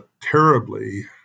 terribly